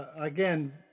Again